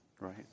right